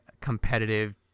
competitive